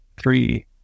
three